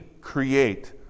create